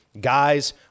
guys